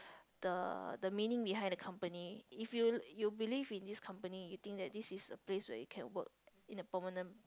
the the meaning behind the company if you you believe in this company you think that this is the place that you can work in a permanent